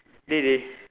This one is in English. dey dey